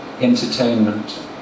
entertainment